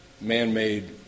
man-made